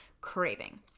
craving